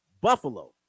Buffalo